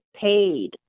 paid